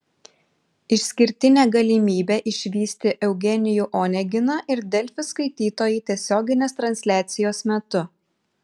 išskirtinę galimybę išvysti eugenijų oneginą ir delfi skaitytojai tiesioginės transliacijos metu